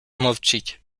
мовчить